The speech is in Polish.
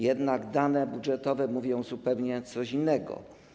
Jednak dane budżetowe mówią zupełnie coś innego.